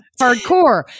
Hardcore